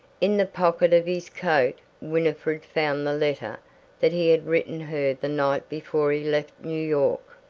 in the pocket of his coat winifred found the letter that he had written her the night before he left new york,